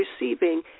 receiving